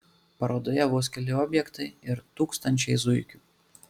parodoje vos keli objektai ir tūkstančiai zuikių